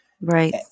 Right